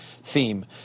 theme